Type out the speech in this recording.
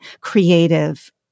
creative